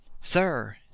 Sir